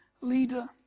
leader